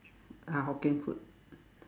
ah Hokkien food